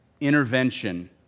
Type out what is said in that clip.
intervention